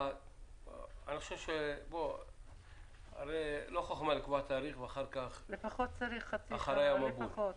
הרי לא חוכמה לקבוע תאריך ואחר כך אחריי המבול.